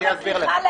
אני אסביר לך.